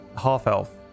half-elf